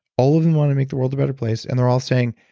all of them want to make the world a better place. and they're all saying,